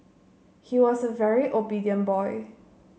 he was a very obedient boy